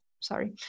sorry